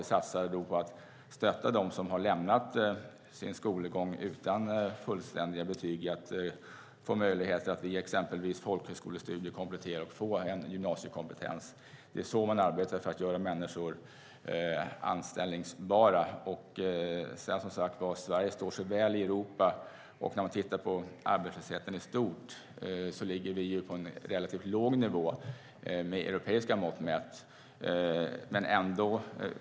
Vi satsar också på att stötta dem som lämnat skolan utan fullständiga betyg genom att de exempelvis via folkhögskolestudier får möjlighet att komplettera betygen och få gymnasiekompetens. Så arbetar man för att göra människor anställbara. Sverige står sig väl i Europa. Tittar vi på arbetslösheten i stort ser vi att vi med europeiska mått mätt ligger på en relativt låg nivå.